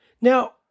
Now